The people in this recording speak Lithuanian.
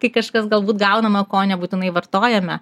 tai kažkas galbūt gaunama ko nebūtinai vartojame